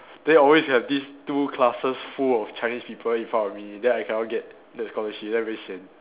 then always have these two classes full of Chinese people in front of me then I cannot get the scholarship then I very sian